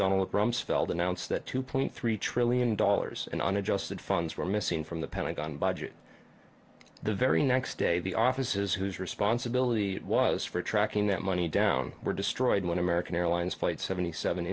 donald rumsfeld announced that two point three trillion dollars in unadjusted funds were missing from the pentagon budget the very next day the offices whose responsibility it was for tracking that money down were destroyed when american airlines flight seventy seven